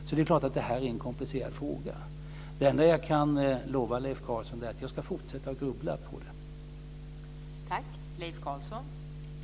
Så det är klart att det här är en komplicerad fråga. Det enda jag kan lova Leif Carlson är att jag ska fortsätta att grubbla på det här.